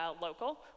local